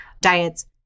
diets